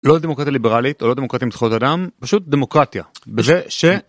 לא דמוקרטיה ליברלית או לא דמוקרטיה עם זכויות אדם פשוט דמוקרטיה בזה ש.